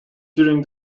during